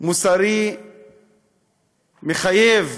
מוסרי מחייב